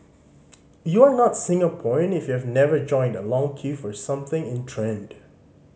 you are not Singaporean if you have never joined a long queue for something in trend